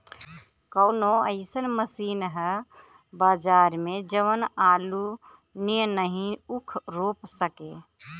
कवनो अइसन मशीन ह बजार में जवन आलू नियनही ऊख रोप सके?